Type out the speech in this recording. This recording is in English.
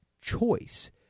choice